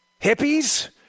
Hippies